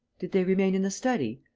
did they remain in the study?